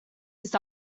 his